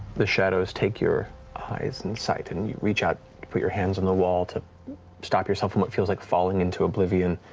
the shadows take your eyes and sight and you reach out to put your hands on the wall to stop from what feels like falling into oblivion,